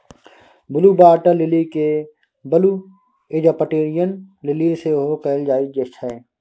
blue water lily केँ blue Egyptian lily सेहो कहल जाइ छै